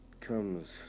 comes